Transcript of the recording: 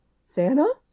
Santa